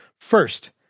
First